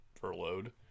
furloughed